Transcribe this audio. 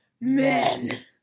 men